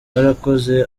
barakoze